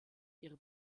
ihre